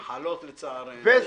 מחלות, לצערנו.